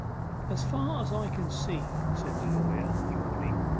as far as i can see said the lawyer, yawning,